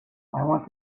want